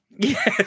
Yes